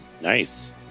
Nice